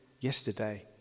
yesterday